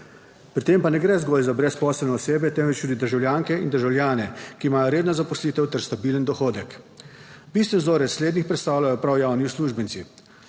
Pri tem pa ne gre zgolj za brezposelne osebe, temveč tudi državljanke in državljane, ki imajo redno zaposlitev ter stabilen dohodek. Bistveni vzorec slednjih predstavljajo prav javni uslužbenci.